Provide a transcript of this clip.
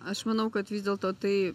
aš manau kad vis dėlto tai